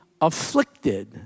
afflicted